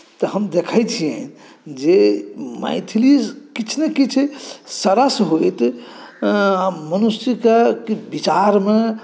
तऽ हम देखै छियनि जे मैथिली किछु ने किछु सरस होइत मनुष्यक विचारमे